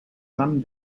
some